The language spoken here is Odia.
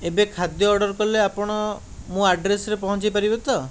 ଏବେ ଖାଦ୍ୟ ଅର୍ଡ଼ର କଲେ ଆପଣ ମୋ' ଆଡ୍ରେସ୍ରେ ପହଞ୍ଚାଇପାରିବେ ତ